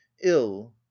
ill